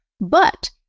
but-